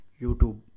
YouTube